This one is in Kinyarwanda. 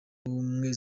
ubumwe